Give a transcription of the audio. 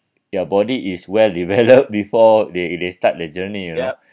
your body is well developed before they they the start journey you know